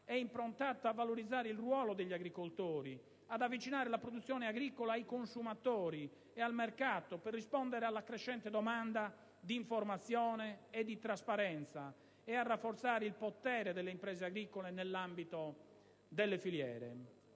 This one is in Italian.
e improntata a valorizzare il ruolo degli agricoltori, ad avvicinare la produzione agricola ai consumatori e al mercato per rispondere alla crescente domanda di informazione e di trasparenza, e a rafforzare il potere delle imprese agricole nell'ambito delle filiere.